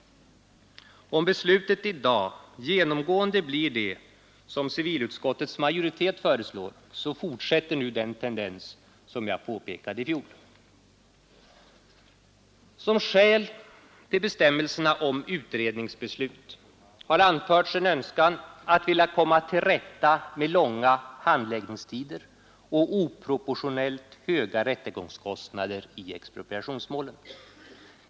Om beslutet i dag genomgående blir det som civilutskottets majoritet föreslår, fortsätter nu den tendens jag påpekade i fjol. Som skäl till bestämmelserna om utredningsbeslut har anförts en önskan att vilja komma till rätta med långa handläggningstider och oproportionellt höga rättegångskostnader i expropriationsmål.